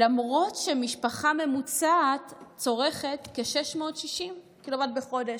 למרות שמשפחה ממוצעת צורכת כ-660 קילוואט בחודש.